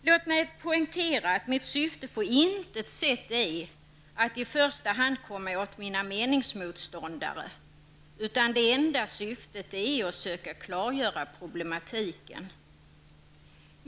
Låt mig poängtera att mitt syfte på intet sätt är att i första hand komma åt mina meningsmotståndare, utan det enda syftet är att söka klargöra problematiken.